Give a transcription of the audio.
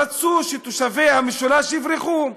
רצו שתושבי המשולש יברחו.